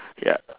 ya